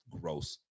Gross